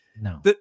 No